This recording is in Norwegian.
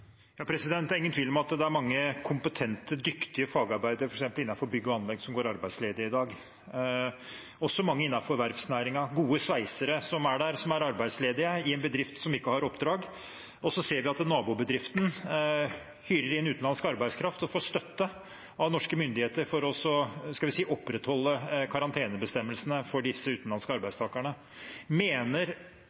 Det er ingen tvil om at det er mange kompetente, dyktige fagarbeidere, f.eks. innenfor bygg og anlegg, som går arbeidsledige i dag, også mange innenfor verftsnæringen, gode sveisere som er der, som er arbeidsledige, i en bedrift som ikke har oppdrag. Så ser vi at nabobedriften hyrer inn utenlandsk arbeidskraft og får støtte av norske myndigheter for å – skal vi si – opprettholde karantenebestemmelsene for disse utenlandske arbeidstakerne. Mener